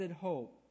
hope